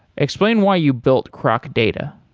explain why you built crocdata